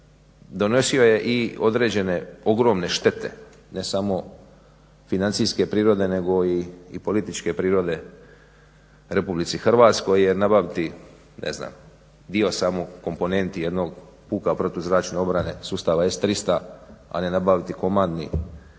donosio je i određene ogromne štete ne samo financijske prirode nego i političke prirode RH jer nabaviti ne znam samo dio komponenti jednog puka protuzračne obrane sustava S 300, a ne nabaviti komandni